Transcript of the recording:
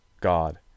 God